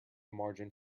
margin